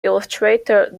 illustrator